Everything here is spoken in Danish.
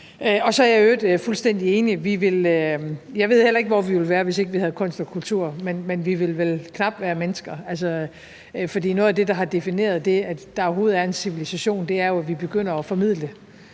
Og så er jeg i øvrigt fuldstændig enig: Jeg ved heller ikke, hvor vi ville være, hvis ikke vi havde kunst og kultur, men vi ville vel knap være mennesker. For noget af det, der har defineret det, at der overhovedet er en civilisation, er jo, at vi begynder at formidle